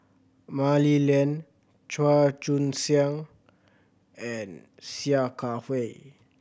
Mah Li Lian Chua Joon Siang and Sia Kah Hui